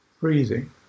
breathing